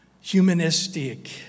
humanistic